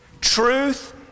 Truth